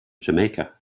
jamaica